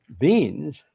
beans